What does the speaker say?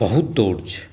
बहुत दौड़ छै